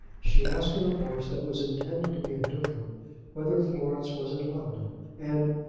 she asked in a voice that was intended to be indifferent whether florence was in london and,